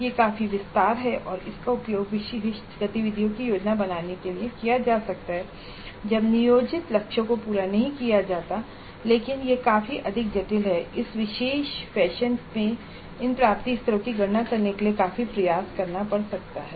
यह काफी विस्तार है और इसका उपयोग विशिष्ट गतिविधियों की योजना बनाने के लिए किया जा सकता है जब नियोजित लक्ष्यों को पूरा नहीं किया जाता है लेकिन यह काफी अधिक जटिल है और इस विशेष फैशन में इन प्राप्ति स्तरों की गणना करने के लिए काफी प्रयास करना पड़ सकता है